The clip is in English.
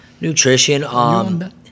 Nutrition